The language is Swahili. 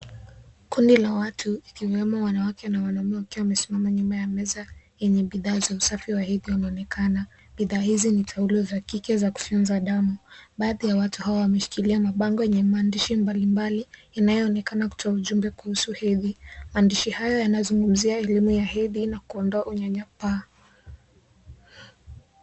Kundi la watu ikiwemo wanawake na wanaume wakiwa wamesimama nyuma ya meza yenye bidhaa za usafi wa hedhi unaonekana. Bidhaa hizi ni taulo za kike za kufyonza damu. Baadhi ya watu hawa wameshikilia mabango yenye maandishi mbalimbali inayoonekana kutoa ujumbe kuhusu hedhi. Maandishi hayo yanazungumzia elimu ya hedhi na kuondoa unyanyapaa.